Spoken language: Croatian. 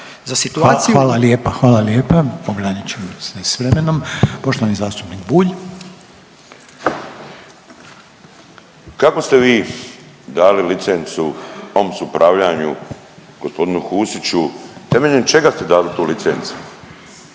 Željko (HDZ)** Hvala lijepa, hvala lijepa ograničeni smo s vremenom. Poštovani zastupnik Bulj. **Bulj, Miro (MOST)** Kako ste vi dali licencu OMS Upravljanju gospodinu Husiću, temeljem čega ste dali tu licencu?